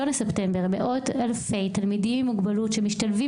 בספטמבר מאות-אלפי תלמידים עם מוגבלות שמשתלבים